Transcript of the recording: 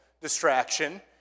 distraction